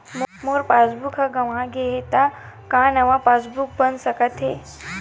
मोर passbook ह गंवा गे हे त का नवा पास बुक बन सकथे?